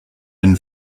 and